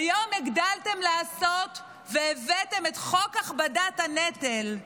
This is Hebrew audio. היום הגדלתם לעשות והבאתם את חוק הכבדת הנטל,